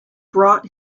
brought